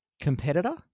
competitor